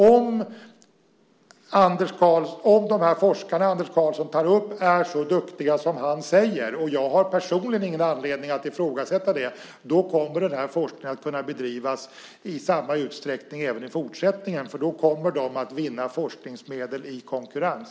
Om de forskare Anders Karlsson tar upp är så duktiga som han säger - jag har personligen ingen anledning att ifrågasätta det - kommer forskningen att kunna bedrivas i samma utsträckning även i fortsättningen. Då kommer de att vinna forskningsmedel i konkurrens.